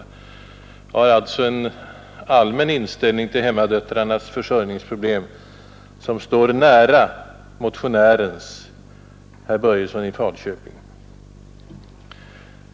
Majoriteten har alltså en allmän medkännande inställning till hemmadöttrarna, som står nära den som motionären herr Börjesson i Falköping har.